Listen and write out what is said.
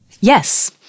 Yes